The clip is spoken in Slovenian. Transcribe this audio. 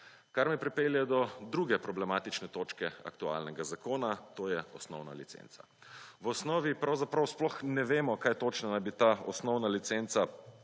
Kar me pripelje do druge problematične točke aktualnega zakona, to je osnovna licenca. V osnovi pravzaprav sploh ne vemo kaj točno naj bi ta osnovna licenca